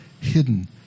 hidden